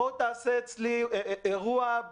בוא תעשה אצלי אירוע,